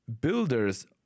builders